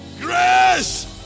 Grace